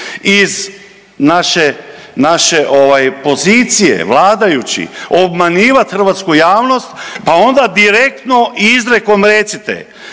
ovaj pozicije vladajući obmanjivat hrvatsku javnost, pa onda direktno i izrijekom recite,